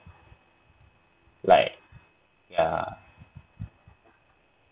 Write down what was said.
like ya